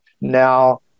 Now